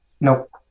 Nope